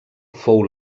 fou